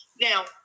Now